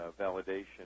validation